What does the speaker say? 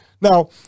Now